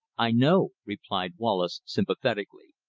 i know, replied wallace sympathetically.